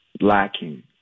lacking